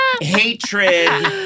hatred